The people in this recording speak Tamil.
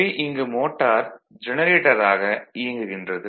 எனவே இங்கு மோட்டார் ஜெனரேட்டராக இயங்குகின்றது